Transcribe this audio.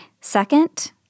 Second